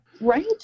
Right